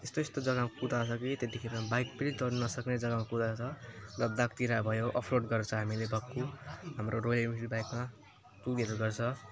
यस्तो यस्तो जग्गामा कुदाएको छ कि त्यतिखेर बाइक पनि तर्नु नसक्ने जग्गामा कुदाएको छ लद्दाखतिर भयो अफ रोड गर्छ हामीले भक्कु हाम्रो रोयल इनफिल्ड बाइकमा टुरहरू गर्छ